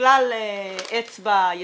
כלל אצבע יסודי.